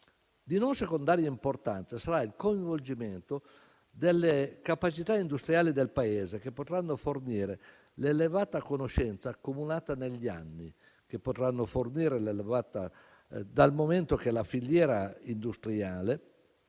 Di non secondaria importanza sarà il coinvolgimento delle capacità industriali del Paese, che potranno fornire l'elevata conoscenza accumulata negli anni, dal momento che la filiera industriale